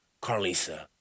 Carlisa